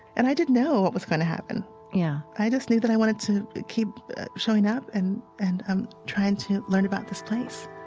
and i didn't know what was going to happen yeah i just knew that i wanted to keep showing up and and um trying to learn about this place